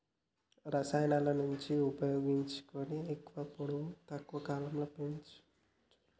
రసాయనాలను ఉపయోగించి ఎక్కువ పొడవు తక్కువ కాలంలో పెంచవచ్చా?